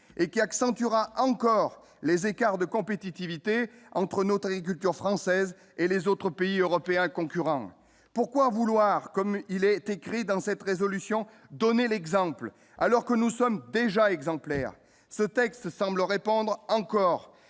et qui accentuera encore les écarts de compétitivité entre notre agriculture française et les autres pays européens concurrents pourquoi vouloir comme il est écrit dans cette résolution : donner l'exemple, alors que nous sommes déjà exemplaire ce texte semble répondre encore